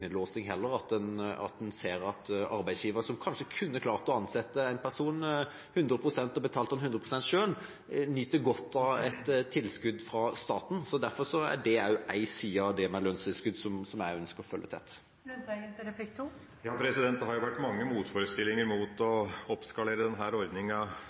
ønsker heller ikke en innelåsing – at en ser at arbeidsgiver, som kanskje kunne klart å ansette en person 100 pst. og betalt ham 100 pst. selv, nyter godt av et tilskudd fra staten. Derfor er dette også en side av det med lønnstilskudd som jeg ønsker å følge tett. Det har vært mange motforestillinger mot å oppskalere denne ordninga